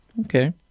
Okay